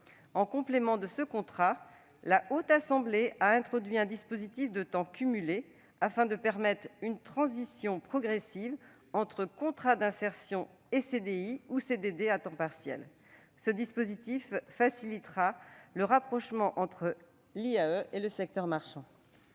En complément de ce contrat, la Haute Assemblée a introduit un dispositif de « temps cumulé » afin de permettre une transition progressive entre contrat d'insertion et CDI ou CDD à temps partiel. Ce dispositif facilitera le rapprochement entre l'IAE et le secteur marchand.